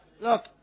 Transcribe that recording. Look